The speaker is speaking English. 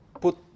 put